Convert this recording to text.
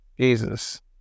Jesus